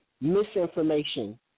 misinformation